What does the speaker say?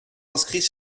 inscrits